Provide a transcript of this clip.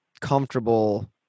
comfortable